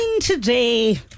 today